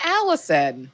Allison